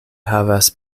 havas